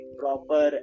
proper